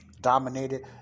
dominated